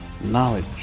Knowledge